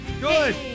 Good